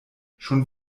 schon